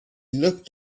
looked